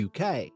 UK